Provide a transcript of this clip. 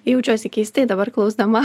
jaučiuosi keistai dabar klausdama